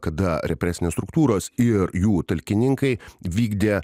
kada represinės struktūros ir jų talkininkai vykdė